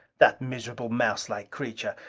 that miserable mouselike creature!